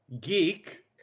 Geek